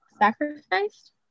sacrificed